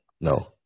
no